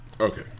Okay